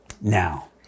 Now